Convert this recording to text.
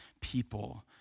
people